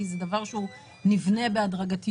כי זה דבר שנבנה בהדרגתיות,